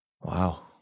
Wow